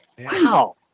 Wow